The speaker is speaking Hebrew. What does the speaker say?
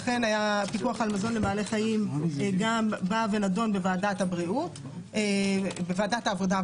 לכן הפיקוח על מזון לבעלי חיים גם נדון בוועדת העבודה,